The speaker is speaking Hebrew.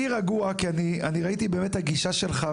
אני רגוע כי ראיתי את הגישה שלך,